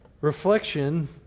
Reflection